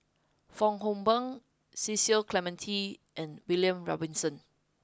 Fong Hoe Beng Cecil Clementi and William Robinson